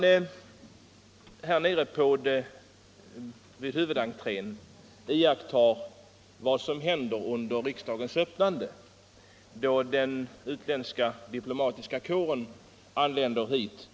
Det är intressant att se vad som händer vid huvudentrén i samband med riksmötets öppnande då den utländska diplomatiska kåren anländer hit.